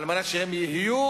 על מנת שהם יהיו